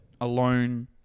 Alone